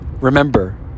remember